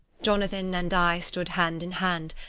jonathan and i stood hand in hand,